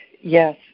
yes